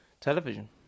television